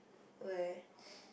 where